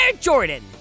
Jordan